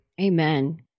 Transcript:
Amen